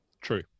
True